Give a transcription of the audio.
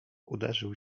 uderzył